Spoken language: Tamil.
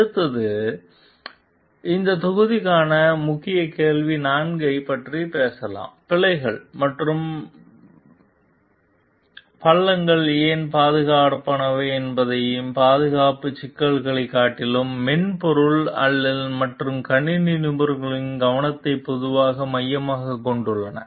அடுத்து இந்த தொகுதிக்கான முக்கிய கேள்வி 4 ஐப் பற்றி பேசலாம் பிழைகள் மற்றும் பள்ளங்கள் ஏன் பாதுகாப்பானவை என்பதற்கான பாதுகாப்பு சிக்கல்களைக் காட்டிலும் மென்பொருள் மற்றும் கணினி நிபுணர்களுக்கான கவனத்தை பொதுவாக மையமாகக் கொண்டுள்ளன